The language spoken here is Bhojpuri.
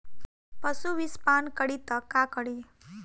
पशु विषपान करी त का करी?